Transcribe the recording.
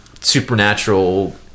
supernatural